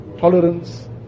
tolerance